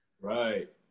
Right